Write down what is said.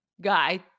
guy